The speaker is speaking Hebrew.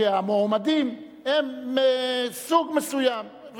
שהמועמדים הם מסוג מסוים.